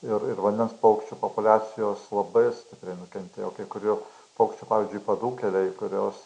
ir ir vandens paukščių populiacijos labai stipriai nukentėjo kai kurių paukščių pavyzdžiui padūkėliai kurios